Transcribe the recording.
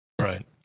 Right